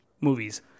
movies